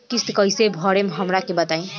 किस्त कइसे भरेम हमरा के बताई?